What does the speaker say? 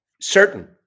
certain